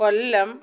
കൊല്ലം